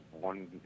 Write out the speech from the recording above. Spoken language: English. one